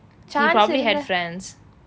he probably had friends